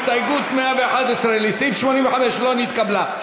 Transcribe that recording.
הסתייגות 111 לסעיף 85 לא נתקבלה.